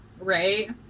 Right